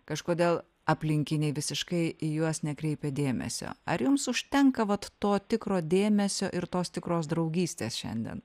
kažkodėl aplinkiniai visiškai į juos nekreipia dėmesio ar jums užtenka vat to tikro dėmesio ir tos tikros draugystės šiandien